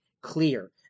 clear